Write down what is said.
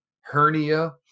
hernia